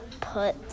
put